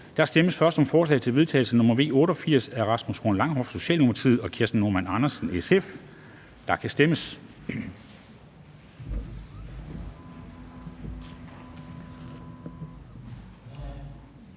Der stemmes først om forslag til vedtagelse nr. V 88 af Rasmus Horn Langhoff (S) og Kirsten Normann Andersen (SF), og der kan stemmes.